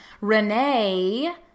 Renee